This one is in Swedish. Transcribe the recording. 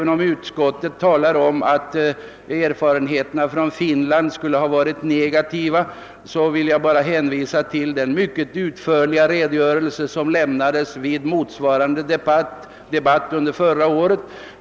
När utskottet talar om att erfarenheterna i Finland skulle ha varit negativa, vill jag hänvisa till den mycket utförliga redogörelse som lämnades under motsvarande debatt här i riksdagen förra året.